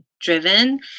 driven